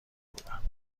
بودند